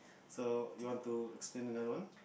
so you want to explain another one